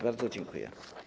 Bardzo dziękuję.